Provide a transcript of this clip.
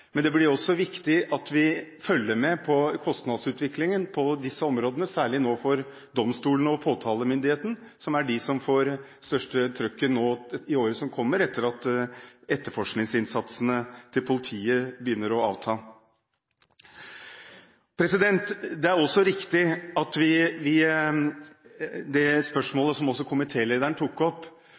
Men det blir også viktig at vi følger med på kostnadsutviklingen på disse områdene, særlig for domstolene og påtalemyndigheten, som er de som får det største trykket i året som kommer, etter at etterforskningsinnsatsen til politiet begynner å avta. Det er riktig som også komitélederen tok opp, at